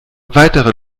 weitere